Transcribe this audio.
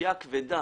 בפשיעה הכבדה